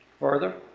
further,